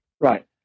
Right